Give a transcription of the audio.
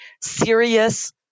serious